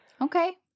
Okay